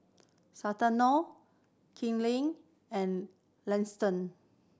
Santino Kinley and